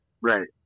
right